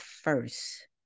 first